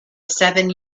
seven